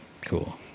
Cool